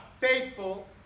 faithful